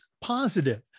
positive